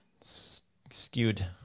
skewed